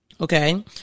Okay